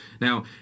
Now